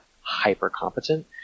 hyper-competent